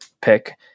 pick